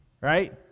right